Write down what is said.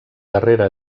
darrera